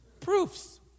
Proofs